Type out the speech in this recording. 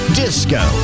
disco